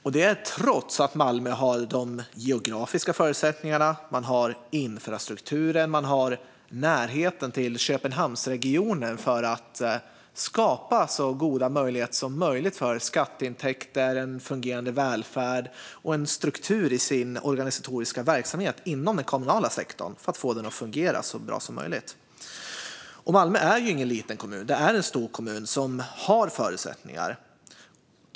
Så är det trots att Malmö har de geografiska förutsättningarna med infrastrukturen och närheten till Köpenhamnsregionen att skapa så goda möjligheter som möjligt för skatteintäkter, en fungerande välfärd och en struktur i sin organisatoriska verksamhet inom den kommunala sektorn för att få den att fungera så bra som möjligt. Malmö är ingen liten kommun. Det är en stor kommun som har förutsättningar.